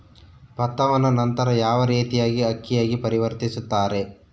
ಭತ್ತವನ್ನ ನಂತರ ಯಾವ ರೇತಿಯಾಗಿ ಅಕ್ಕಿಯಾಗಿ ಪರಿವರ್ತಿಸುತ್ತಾರೆ?